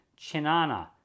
Chinana